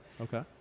Okay